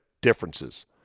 differences